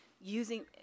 using